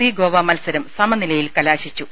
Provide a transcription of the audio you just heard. C Goa മത്സരം സമനിലയിൽ കലാശിച്ചു